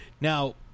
Now